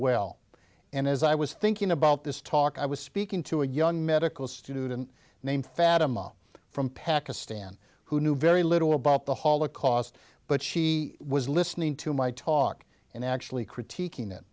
well and as i was thinking about this talk i was speaking to a young medical student named fatima from pakistan who knew very little about the holocaust but she was listening to my talk and actually critiquing it